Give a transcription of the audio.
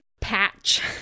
patch